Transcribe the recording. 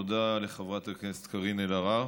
תודה לחברת הכנסת קארין אלהרר.